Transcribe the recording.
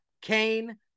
Cain